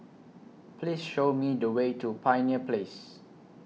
Please Show Me The Way to Pioneer Place